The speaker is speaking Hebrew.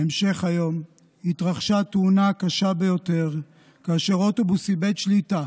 בהמשך היום התרחשה תאונה קשה ביותר כאשר אוטובוס איבד שליטה